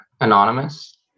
anonymous